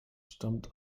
stammt